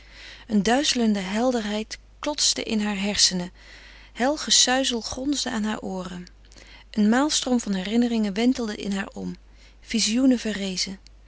een duizelende helderheid klotste in haar hersenen het gesuizel gonsde in haar ooren een maalstroom van herinneringen wentelde in haar om vizioenen verrezen